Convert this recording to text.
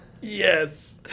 Yes